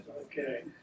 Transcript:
Okay